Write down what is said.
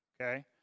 okay